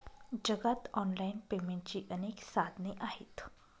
जगात ऑनलाइन पेमेंटची अनेक साधने आहेत